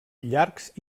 llargs